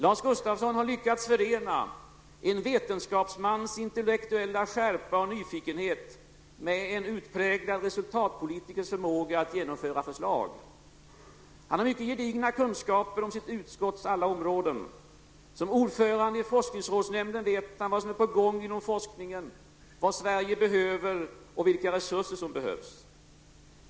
Lars Gustafsson har lyckats förena en vetenskapsmans intellektuella skärpa och nyfikenhet med en utpräglad resultatpolitikers förmåga att genomföra förslag. Han har mycket gedigna kunskaper om sitt utskotts alla områden. Som ordförande i forskningsrådsnämnden vet han vad som är på gång inom forskningen, vad Sverige behöver och vilka resurser som behövs.